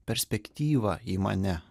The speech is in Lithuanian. perspektyvą į mane